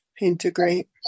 integrate